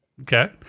Okay